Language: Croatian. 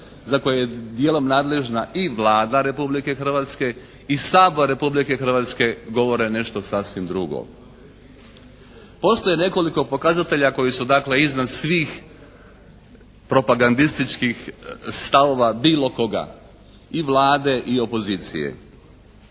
za koje je dijelom nadležna i Vlada Republike Hrvatske i Sabor Republike Hrvatske govore nešto sasvim drugo. Postoji nekoliko pokazatelji koji su dakle iznad svih propagandističkih stavova bilo koga, i Vlade i opozicije.